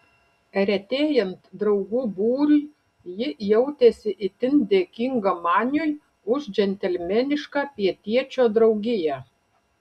retėjant draugų būriui ji jautėsi itin dėkinga maniui už džentelmenišką pietiečio draugiją